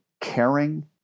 caring